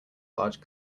large